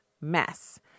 mess